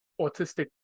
autistic